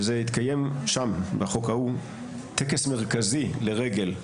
וזה התקיים שם, בחוק ההוא, טקס מרכזי לרגל.